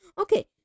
Okay